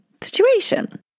situation